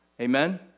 Amen